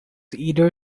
either